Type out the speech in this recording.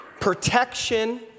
protection